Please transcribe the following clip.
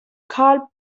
karl